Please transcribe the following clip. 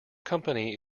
company